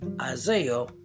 Isaiah